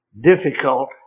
Difficult